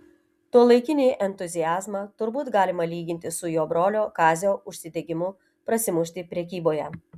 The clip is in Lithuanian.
tuolaikinį entuziazmą turbūt galima lyginti su jo brolio kazio užsidegimu prasimušti prekyboje